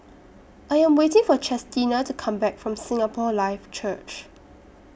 I Am waiting For Chestina to Come Back from Singapore Life Church